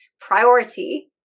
priority